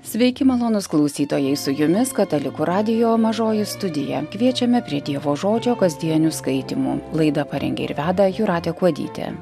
sveiki malonūs klausytojai su jumis katalikų radijo mažoji studija kviečiame prie dievo žodžio kasdienių skaitymų laidą parengė ir veda jūratė kuodytė